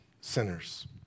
sinners